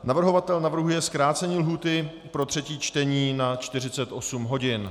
Navrhovatel navrhuje zkrácení lhůty pro třetí čtení na 48 hodin.